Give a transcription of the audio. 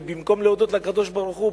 ובמקום להודות לקדוש-ברוך-הוא,